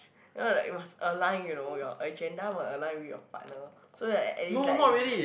you know like you must align you know your agenda must align with your partner so that and it's like